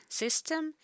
system